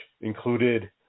included